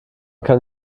kann